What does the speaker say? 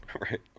right